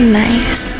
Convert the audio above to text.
nice